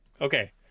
Okay